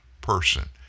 person